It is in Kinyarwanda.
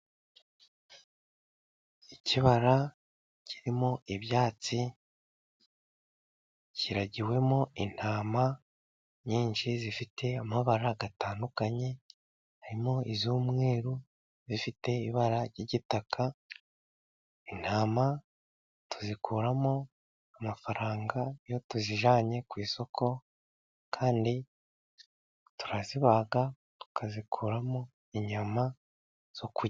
Ikibara kirimo ibyatsi， kiragiwemo intama nyinshi zifite amabara atandukanye，harimo iz'umweru zifite ibara ry'igitaka，intama tuzikuramo amafaranga， iyo tuzijyanye ku isoko， kandi turazibaga tukazikuramo inyama zo kurya.